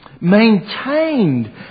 maintained